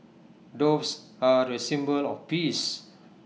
doves are A symbol of peace